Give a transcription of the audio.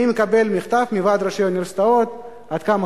אני מקבל מכתב מוועד ראשי האוניברסיטאות עד כמה